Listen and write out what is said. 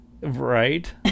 Right